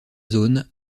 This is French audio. zones